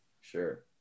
Sure